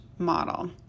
model